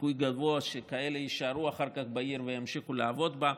סיכוי גבוה שכאלה יישארו אחר כך בעיר וימשיכו לעבוד בה: